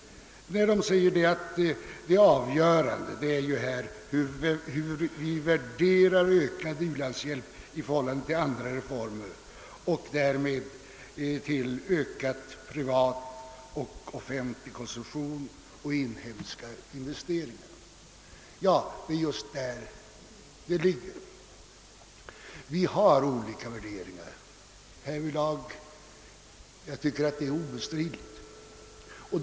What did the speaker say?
De säger att det avgörande är hur vi värderar ökad u-landshjälp i förhållande till andra reformer och därmed till ökad privat och offentlig konsumtion och inhemska investeringar. Ja, det är just här det ligger. Vi har olika värderingar härvidlag. Det är obestridligt.